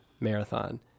marathon